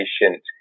patient